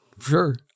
sure